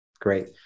Great